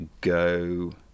go